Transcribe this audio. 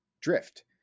drift